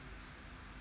mm